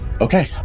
okay